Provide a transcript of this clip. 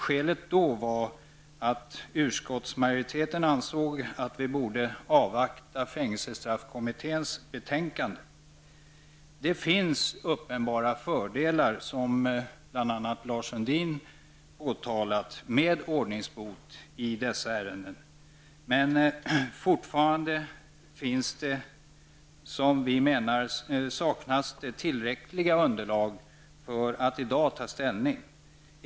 Skälet var då att utskottsmajoriteten ansåg att vi borde avvakta fängelsestraffkommitténs betänkande. Det finns, som bl.a. Lars Sundin framhållit, uppenbara fördelar med ordningsbot i sådana ärenden, men fortfarande saknas enligt vår mening tillräckligt underlag för att i dag ta ställning.